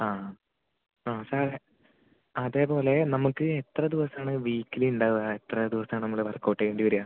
ആ ആ ആ സാറെ അതേപോലെ നമ്മൾക്ക് എത്ര ദിവസമാണ് വീക്കിലി ഉണ്ടാവുക എത്ര ദിവസമാണ് നമ്മൾ വർക്കൗട്ട് ചെയ്യേണ്ടി വരിക